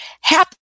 happy